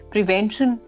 Prevention